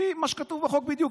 לפי מה שכתוב בחוק בדיוק,